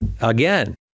again